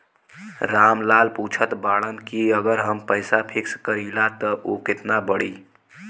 राम लाल पूछत बड़न की अगर हम पैसा फिक्स करीला त ऊ कितना बड़ी?